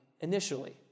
initially